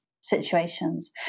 situations